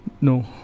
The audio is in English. No